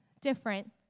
different